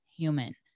human